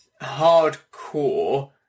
hardcore